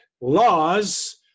laws